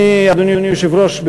אדוני היושב-ראש,